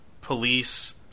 police